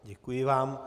Děkuji vám.